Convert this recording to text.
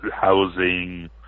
housing